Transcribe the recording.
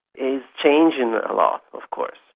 is changing a lot of course.